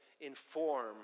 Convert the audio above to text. inform